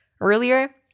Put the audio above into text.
Earlier